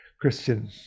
christian